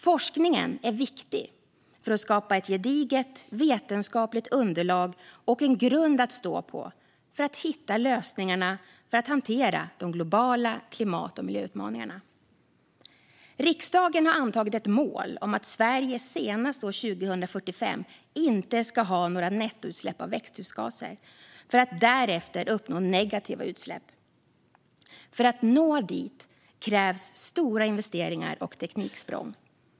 Forskningen är viktig för att skapa ett gediget vetenskapligt underlag och en grund att stå på för att hitta lösningar för att hantera de globala klimat och miljöutmaningarna. Riksdagen har antagit ett mål om att Sverige senast år 2045 inte ska ha några nettoutsläpp av växthusgaser för att därefter uppnå negativa utsläpp. För att nå dit krävs stora investeringar och tekniksprång.